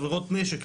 עבירות נשק,